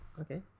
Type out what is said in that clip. Okay